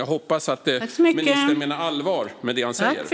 Jag hoppas att ministern menar allvar med det han säger.